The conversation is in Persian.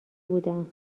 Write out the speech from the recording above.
بودم